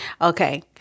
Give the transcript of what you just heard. Okay